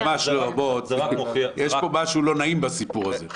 יש פה משהו לא נעים בסיפור הזה.